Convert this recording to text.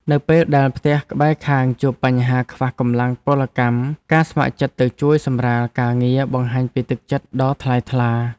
នៅពេលដែលផ្ទះក្បែរខាងជួបបញ្ហាខ្វះកម្លាំងពលកម្មការស្ម័គ្រចិត្តទៅជួយសម្រាលការងារបង្ហាញពីទឹកចិត្តដ៏ថ្លៃថ្លា។